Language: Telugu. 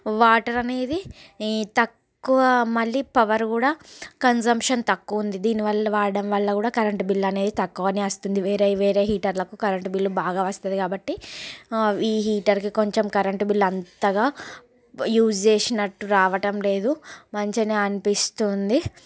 వాటరనేది ఈ తక్కువ మళ్ళీ పవర్ గూడా కన్సెంప్షన్ తక్కువుంది దీని వల్ల వాడడం వల్ల కూడా కరెంట్ బిల్లు అనేది తక్కువనే వస్తుంది వేరే వేరే హీటర్లకు కరెంట్ బిల్లు బాగా వస్తుంది కాబట్టి ఈ హీటరుకి కొంచెం కరెంట్ బిల్లు అంతగా యూజ్ చేసినట్టు రావటం లేదు మంచిగానే అనిపిస్తుంది